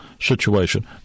situation